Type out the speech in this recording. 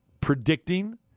predicting